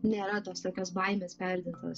nėra tos tokios baimės perdėtos